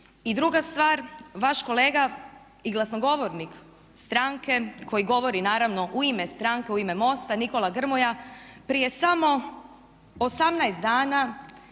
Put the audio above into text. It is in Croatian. I druga stvar vaš kolega i glasnogovornik stranke koji govori naravno u ime stranke, u im MOST-a Nikola Grmoja prije samo 18 dana